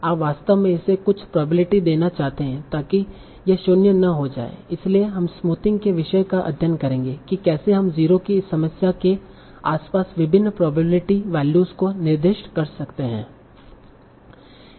आप वास्तव में इसे कुछ प्रोबेबिलिटी देना चाहते हैं ताकि यह शून्य न हो जाए इलसिए हम स्मूथिंग के विषय का अध्ययन करेंगे कि कैसे हम 0 की इस समस्या के आसपास विभिन्न प्रोबेबिलिटी वैल्यूज को निर्दिष्ट कर सकते हैं